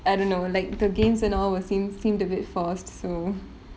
I don't know like the games and all were seem~ seemed a bit forced so